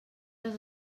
les